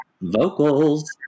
vocals